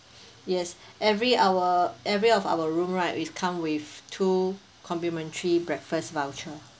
yes every our every of our room right will come with two complimentary breakfast voucher